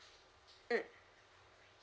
mm